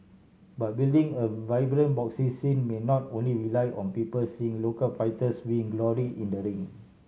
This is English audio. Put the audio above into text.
but building a vibrant boxing scene may not only rely on people seeing local fighters win glory in the ring